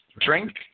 drink